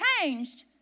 changed